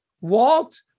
Walt